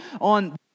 on